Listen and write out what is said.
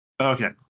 Okay